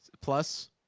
plus